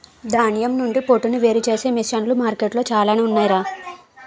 ధాన్యం నుండి పొట్టును వేరుచేసే మిసన్లు మార్కెట్లో చాలానే ఉన్నాయ్ రా